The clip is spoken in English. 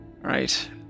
Right